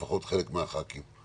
לפחות חלק מחברי הכנסת,